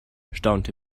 staunte